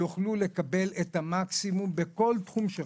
יוכלו לקבל את המקסימום בכל תחום,